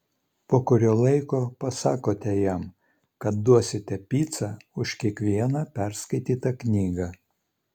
po kurio laiko pasakote jam kad duosite picą už kiekvieną perskaitytą knygą